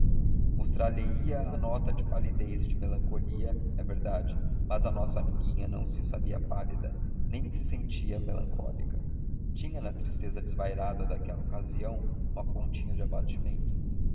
mostrar lhe ia a nota de palidez e de melancolia é verdade mas a nossa amiguinha não se sabia pálida nem se sentia melancólica tinha na tristeza desvairada daquela ocasião uma pontinha de abatimento